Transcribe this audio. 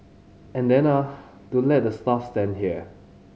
and then ah don't let the staff stand here